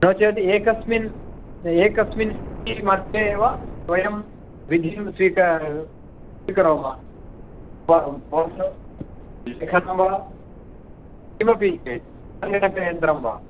नो चेत् एकस्मिन् एकस्मिन् मध्ये एव वयं विधिं स्वीक स्वीकुर्मः लेखनं वा किमपि सङ्गणकयन्त्रं वा